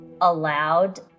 allowed